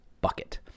bucket